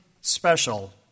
special